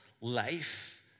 life